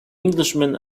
englishman